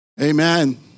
Amen